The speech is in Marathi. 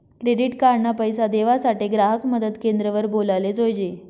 क्रेडीट कार्ड ना पैसा देवासाठे ग्राहक मदत क्रेंद्र वर बोलाले जोयजे